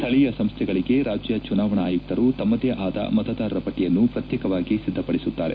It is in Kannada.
ಸ್ಥಳೀಯ ಸಂಸ್ಥೆಗಳಿಗೆ ರಾಜ್ಯ ಚುನಾವಣಾ ಆಯುಕ್ತರು ತಮ್ಮದೇ ಆದ ಮತದಾರರ ಪಟ್ಟಯನ್ನು ಪ್ರತ್ಯೇಕವಾಗಿ ಸಿದ್ದಪಡಿಸುತ್ತಾರೆ